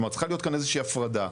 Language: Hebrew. צריכה להיות כאן איזושהי הפרדה,